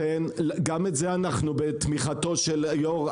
גם את זה אנחנו בתמיכתו של יו"ר,